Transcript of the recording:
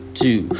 two